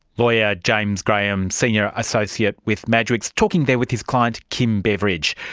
lawyer james graham, senior associate with madgwicks, talking there with his client kim beveridge.